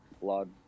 blood